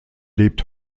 lebt